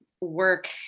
work